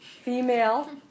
female